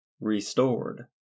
restored